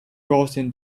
gaussian